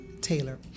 Taylor